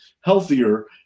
healthier